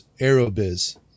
Aerobiz